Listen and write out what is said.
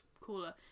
cooler